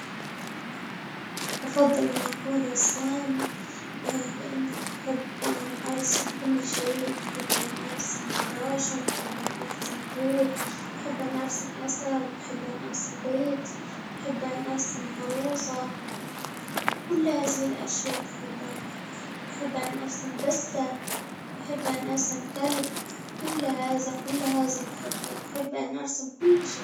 أفضل أن أكون رسام لإني بحب أن أرسم كل شيء بحب أن أرسم فراشة بحب أن أرسم حوت ، بحب أن أرسم أسد، بحب إني أرسم بيت، بحب أن أرسم عروسة كل هذه الأشياء بحبها بحب أن أرسم بسة، بحب أن أرسم كلب ، كل هذا كل هذا بحبه، بحب أنا أرسم كل شيء.